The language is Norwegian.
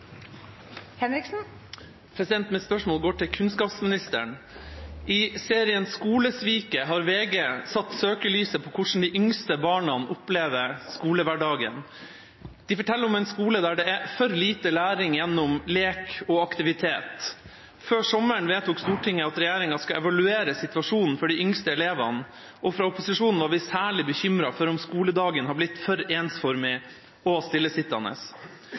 Mitt spørsmål går til kunnskapsministeren. I serien «Skolesviket» har VG satt søkelyset på hvordan de yngste barna opplever skolehverdagen. De forteller om en skole der det er for lite læring gjennom lek og aktivitet. Før sommeren vedtok Stortinget at regjeringen skal evaluere situasjonen for de yngste elevene, og fra opposisjonens side var vi særlig bekymret for om skoledagen har blitt for ensformig og stillesittende.